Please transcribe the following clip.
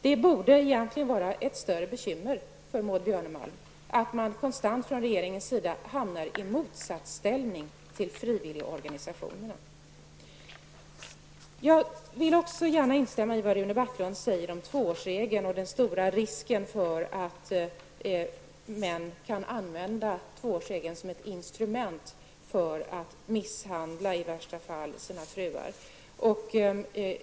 Det borde egentligen vara ett större bekymmer för Maud Björnemalm att regeringen konstant hamnar i motsatt ställning till frivilliga organisationerna. Jag vill också gärna instämma i vad Rune Backlund sade om tvåårsregeln och den stora risken för att män kan använda tvåårsregeln som ett instrument för att i värsta fall misshandla sina fruar.